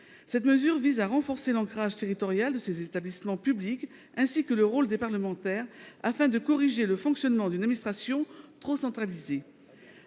Cette mesure vise à renforcer l'ancrage territorial de ces établissements publics, ainsi que le rôle des parlementaires, afin de corriger le fonctionnement d'une administration trop centralisée.